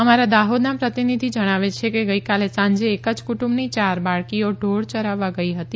અમારા દાહોદના પ્રતિનિધિ જણાવે છે કે ગઇકાલે સાંજે એક જ કુટુંબની ચાર બાળકીઓ ઢોર ચરાવવા ગઇ હતી